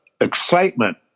excitement